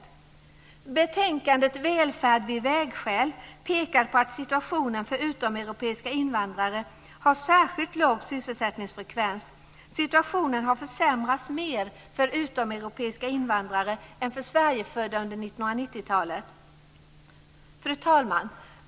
I betänkandet Välfärd vid vägskäl pekas det på att situationen för utomeuropeiska invandrare har särskilt låg sysselsättningsfrekvens. Situationen har försämrats mer för utomeuropeiska invandrare än för Sverigefödda under 1990-talet. Fru talman!